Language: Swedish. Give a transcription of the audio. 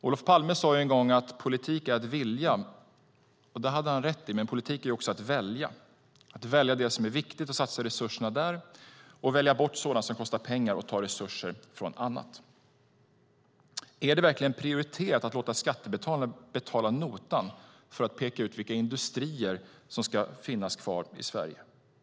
Olof Palme sade en gång att politik är att vilja. Det hade han rätt i, men politik är också att välja - att välja det som är viktigt och satsa resurserna där och välja bort sådant som kostar pengar och tar resurser från annat. Är det verkligen prioriterat att låta skattebetalarna betala notan för att peka ut vilka industrier som ska finnas kvar i Sverige?